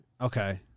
Okay